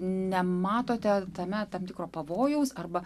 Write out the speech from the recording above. nematote tame tam tikro pavojaus arba